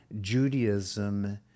Judaism